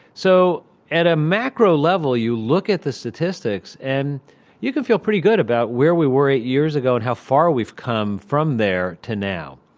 so at a macro level you look at the statistics and you can feel pretty good about where we were eight years ago and how far we've come from there to now.